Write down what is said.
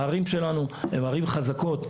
הערים שלנו הן ערים חזקות,